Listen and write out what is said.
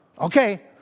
Okay